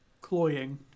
cloying